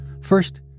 First